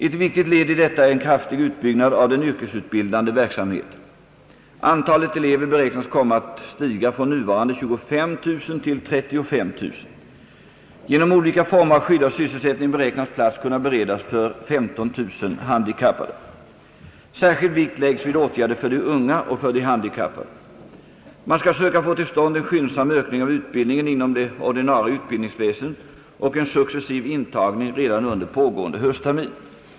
Ett viktigt led i detta är en kraftig utbyggnad av den yrkesutbildande verksamheten. Antalet elever beräknas komma att stiga från nuvarande 25 000 till 35 000. Genom olika former av skyddad sysselsättning beräknas plats kunna beredas för 15000 handikappade. Särskild vikt läggs vid åtgärder för de unga och för de handikappade. Man skall söka få till stånd en skyndsam ökning av utbildningen inom det ordinarie utbildningsväsendet och en successiv intag : ning redan under pågående hösttermin.